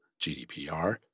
GDPR